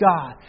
God